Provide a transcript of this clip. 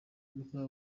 bwa